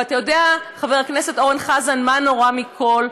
ואתה יודע, חבר הכנסת אורן חזן, מה הנורא מכול?